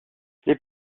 les